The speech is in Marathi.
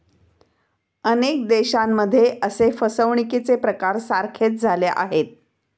अनेक देशांमध्ये असे फसवणुकीचे प्रकार सारखेच झाले आहेत